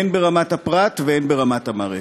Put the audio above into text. הן ברמת הפרט והן ברמת המערכת.